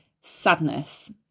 sadness